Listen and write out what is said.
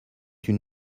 une